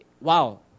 wow